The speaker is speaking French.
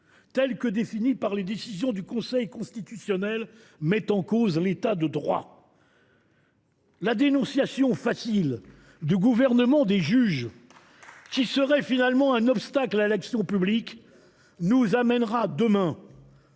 qu’elle est définie par les décisions du Conseil constitutionnel, mettent en cause l’État de droit. Très bien ! La dénonciation facile du gouvernement des juges, qui serait finalement un obstacle à l’action publique, nous amènera demain